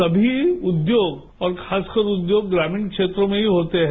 सभी उद्योग और खासकर उद्योग ग्रामीण क्षेत्रों में ही होते हैं